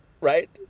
right